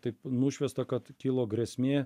taip nušviesta kad kilo grėsmė